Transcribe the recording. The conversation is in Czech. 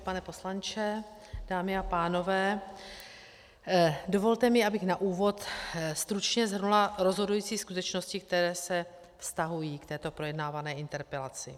Pane poslanče, dámy a pánové, dovolte mi, abych na úvod stručně shrnula rozhodující skutečnosti, které se vztahují k této projednávané interpelaci.